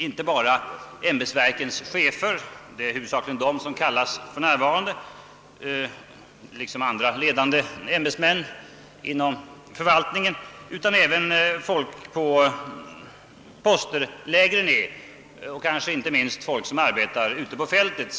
Inte bara ämbetsverkens chefer och andra ledande ämbetsmän inom förvaltningen, vilka det för närvarande huvudsakligen rör sig om, skall kunna kallas, utan även folk på poster lägre ned, inte minst folk som arbetar ute på fältet.